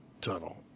tunnel